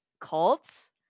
cults